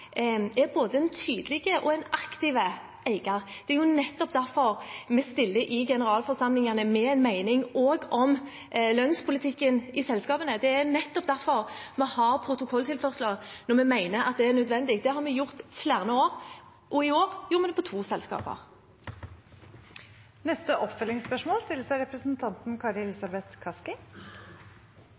er både en tydelig og en aktiv eier. Det er nettopp derfor vi stiller i generalforsamlingene med en mening også om lønnspolitikken i selskapene. Det er nettopp derfor vi har protokolltilførsler når vi mener det er nødvendig. Det har vi gjort flere år, også i år i to selskaper. Kari Elisabeth Kaski – til oppfølgingsspørsmål. Det kunne vært fristende å stille «tidsministeren» oppfølgingsspørsmål